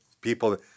people